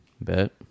Bet